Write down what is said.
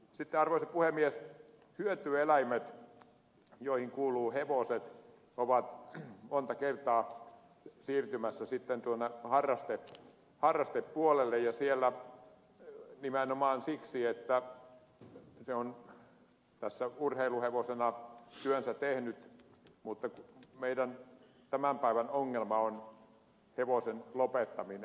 sitten arvoisa puhemies hyötyeläimet joihin kuuluvat hevoset ovat monta kertaa siirtymässä sitten tuonne harrastepuolelle ja sinne nimenomaan siksi että ne ovat urheiluhevosina työnsä tehneet mutta meidän tämän päivän ongelma on hevosen lopettaminen